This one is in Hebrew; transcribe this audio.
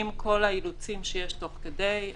עם כל האילוצים שיש תוך כדי,